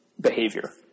behavior